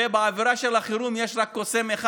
ובאווירה של החירום יש רק קוסם אחד